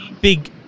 big